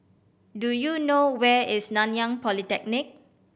do you know where is Nanyang Polytechnic